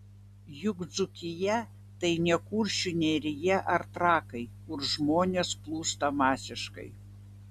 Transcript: juk dzūkija tai ne kuršių nerija ar trakai kur žmonės plūsta masiškai